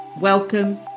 Welcome